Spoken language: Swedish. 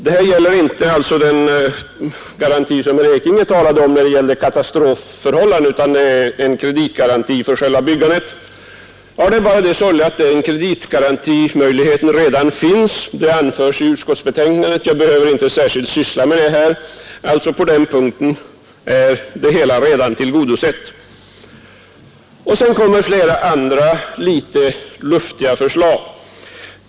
Det här gäller alltså inte den garanti som herr Ekinge talade om och som avsåg katastrofförhållanden utan en kreditgaranti för själva byggandet. Det sorgliga för motionärerna är bara att den kreditgarantimöjligheten redan finns. Det anförs i utskottsbetänkandet, och jag behöver inte särskilt syssla med den frågan. På den punkten är motionsyrkandet således redan tillgodosett. Vidare framläggs flera andra litet luftiga förslag.